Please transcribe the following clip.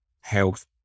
health